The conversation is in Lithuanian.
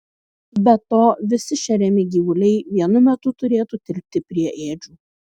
be to visi šeriami gyvuliai vienu metu turėtų tilpti prie ėdžių